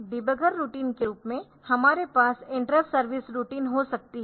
debugger routine के रूप में हमारे पास इंटरप्ट सर्विस रूटीन हो सकती है